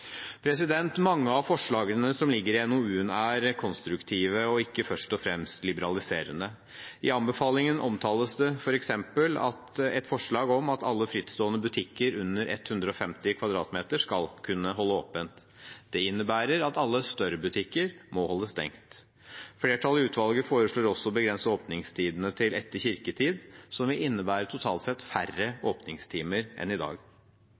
Mange av forslagene som ligger i NOU-en, er konstruktive og ikke først og fremst liberaliserende. I anbefalingene omtales f.eks. et forslag om at alle frittstående butikker under 150 m2 skal kunne holde åpent. Det innebærer at alle større butikker må holde stengt. Flertallet i utvalget foreslår også å begrense åpningstidene til etter kirketid, noe som vil innebære totalt sett færre åpningstimer enn i dag.